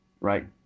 right